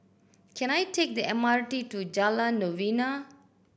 can I take the M R T to Jalan Novena